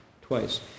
twice